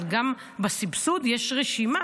אבל גם בסבסוד יש רשימה,